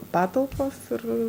patalpos ir